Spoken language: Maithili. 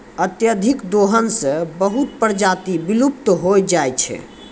अत्यधिक दोहन सें बहुत प्रजाति विलुप्त होय जाय छै